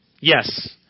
Yes